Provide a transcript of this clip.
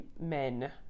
men